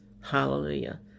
Hallelujah